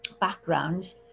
backgrounds